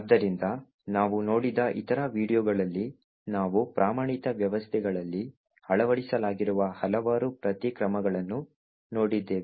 ಆದ್ದರಿಂದ ನಾವು ನೋಡಿದ ಇತರ ವೀಡಿಯೊಗಳಲ್ಲಿ ನಾವು ಪ್ರಮಾಣಿತ ವ್ಯವಸ್ಥೆಗಳಲ್ಲಿ ಅಳವಡಿಸಲಾಗಿರುವ ಹಲವಾರು ಪ್ರತಿ ಕ್ರಮಗಳನ್ನು ನೋಡಿದ್ದೇವೆ